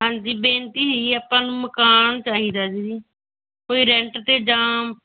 ਹਾਂਜੀ ਬੇਨਤੀ ਸੀ ਜੀ ਆਪਾਂ ਨੂੰ ਮਕਾਨ ਚਾਹੀਦਾ ਸੀ ਜੀ ਕੋਈ ਰੈਂਟ 'ਤੇ ਜਾਂ